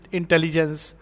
intelligence